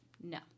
no